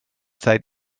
seit